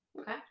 okay